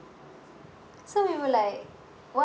so we were like what